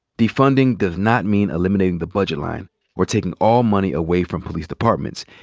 defunding does not mean eliminating the budget line or taking all money away from police departments.